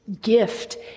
gift